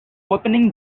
opening